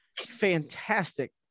fantastic